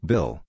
Bill